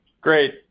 Great